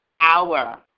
hour